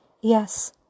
Yes